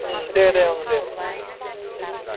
ओं दे दे ओं दे ओं दे ओं